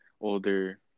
older